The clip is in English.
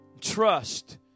trust